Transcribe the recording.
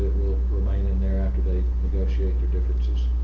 remain in there after they negotiate their differences.